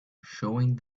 showing